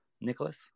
Nicholas